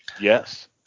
yes